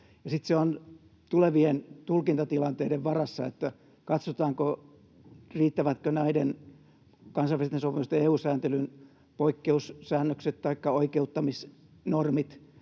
se on tulevien tulkintatilanteiden varassa, katsotaanko, riittävätkö näiden kansainvälisten sopimusten EU-sääntelyn poikkeussäännökset taikka oikeuttamisnormit